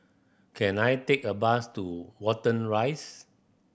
can I take a bus to Watten Rise